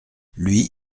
lui